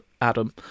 Adam